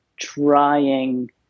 trying